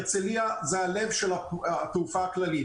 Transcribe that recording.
הרצליה היא הלב של התעופה הכללית.